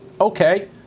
Okay